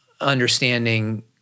understanding